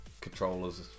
controllers